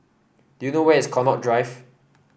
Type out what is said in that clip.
do you know where is Connaught Drive